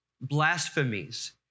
blasphemies